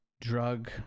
drug